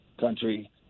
country